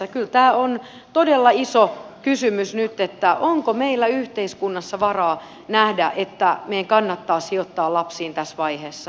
kyllä tämä on todella iso kysymys nyt onko meillä yhteiskunnassa varaa nähdä että meidän kannattaa sijoittaa lapsiin tässä vaiheessa